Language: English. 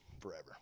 forever